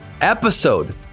episode